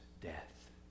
death